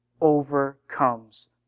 overcomes